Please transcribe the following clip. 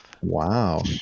Wow